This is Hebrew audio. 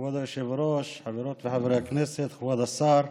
כבוד היושב-ראש, חברות וחברי הכנסת, כבוד השר,